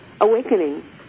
awakening